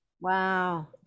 Wow